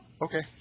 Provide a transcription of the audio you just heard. Okay